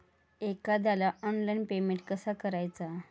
एखाद्याला online payment कसा करायचा?